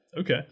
Okay